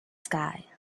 sky